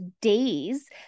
days